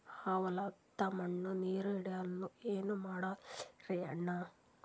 ಆ ಹೊಲದ ಮಣ್ಣ ನೀರ್ ಹೀರಲ್ತು, ಏನ ಮಾಡಲಿರಿ ಅಣ್ಣಾ?